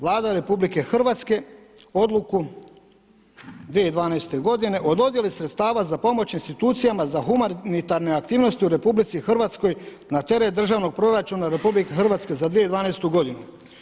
Vlada RH odluku 2012. godine o dodjeli sredstava za pomoć institucijama za humanitarne aktivnosti u RH na teret državnog proračuna RH za 2012. godinu.